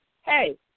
Hey